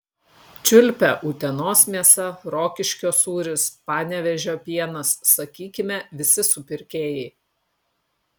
čiulpia utenos mėsa rokiškio sūris panevėžio pienas sakykime visi supirkėjai